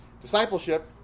Discipleship